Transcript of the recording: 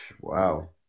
Wow